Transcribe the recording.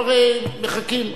אנחנו הרי מחכים.